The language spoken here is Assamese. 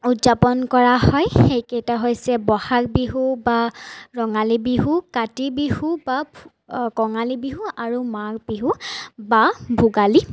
উদযাপন কৰা হয় সেইকেইটা হৈছে বহাগ বিহু বা ৰঙালী বিহু কাতি বিহু বা কঙালী বিহু আৰু মাঘ বিহু বা ভোগালী